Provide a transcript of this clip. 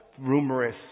rumorous